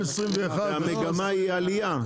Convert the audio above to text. והמגמה היא עלייה.